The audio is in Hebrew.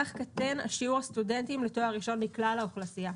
כך קטן שיעור הסטודנטים לתואר ראשון מכלל האוכלוסייה.